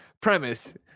Premise